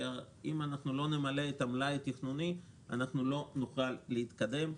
אם לא נמלא את המלאי התכנוני לא נוכל להתקדם.